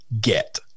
get